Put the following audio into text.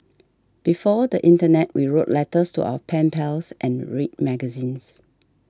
before the internet we wrote letters to our pen pals and read magazines